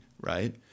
right